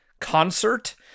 concert